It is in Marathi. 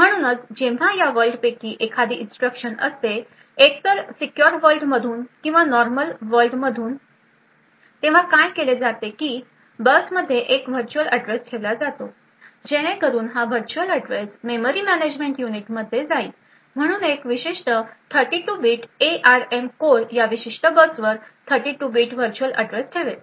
म्हणूनच जेव्हा या वर्ल्ड पैकी एखादी इन्स्ट्रक्शन असते एकतर सीक्युर वर्ल्ड मधून किंवा नॉर्मल वर्ल्ड मधून तेव्हा काय केले जाते की बसमध्ये एक व्हर्च्युअल अँड्रेस ठेवला जातो जेणेकरून हा व्हर्च्युअल अँड्रेस मेमरी मॅनेजमेंट युनिटमध्ये जाईल म्हणून एक विशिष्ट 32 बिट एआरएम कोर या विशिष्ट बसवर 32 बिट व्हर्च्युअल अँड्रेस ठेवेल